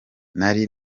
nari